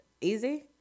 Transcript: easy